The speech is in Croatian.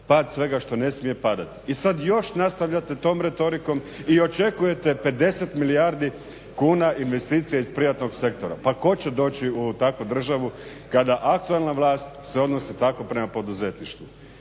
pad svega što ne smije padati. I sad još nastavljate tom retorikom i očekujete 50 milijardi kuna investicija iz privatnog sektora. Pa tko će doći u takvu državu kada aktualna vlast se odnosi tamo prema poduzetništvu.